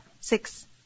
six